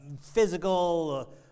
physical